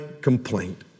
complaint